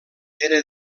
era